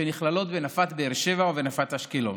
שנכללות בנפת באר שבע ונפת אשקלון.